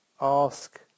ask